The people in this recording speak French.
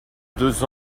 deux